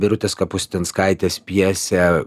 birutės kapustinskaitės pjesė